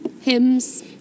Hymns